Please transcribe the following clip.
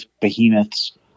behemoths